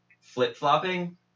flip-flopping